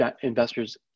investors